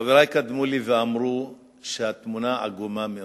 חברי שקדמו לי אמרו שהתמונה עגומה מאוד.